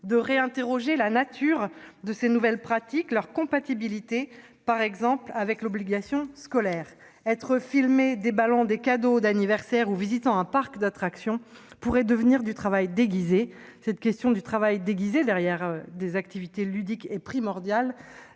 de réexaminer la nature de ces nouvelles pratiques et leur compatibilité, par exemple, avec l'obligation scolaire. Être filmé déballant des cadeaux d'anniversaire ou visitant un parc d'attractions pourrait devenir du travail déguisé. Cette question du travail caché derrière des activités ludiques est primordiale,